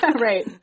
Right